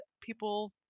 people